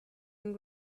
and